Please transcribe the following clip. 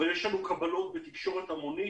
אבל יש לנו קבלות בתקשורת המדעית.